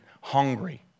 hungry